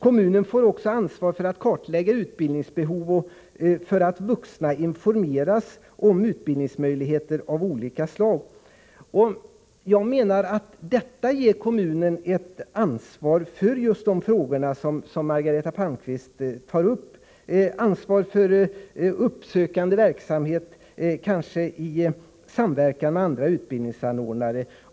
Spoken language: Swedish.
Kommunen har också ansvar för att kartlägga utbildningsbehovet och för att vuxna informeras om utbildningsmöjligheter av olika slag. Jag menar att detta ger kommuner ett ansvar för just de frågor som Margareta Palmqvist tar upp, dvs. ansvar för uppsökande verksamhet, kanske i samverkan med andra utbildningsanordnare.